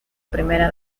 primera